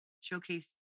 showcase